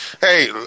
Hey